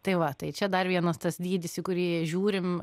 tai va tai čia dar vienas tas dydis į kurį žiūrim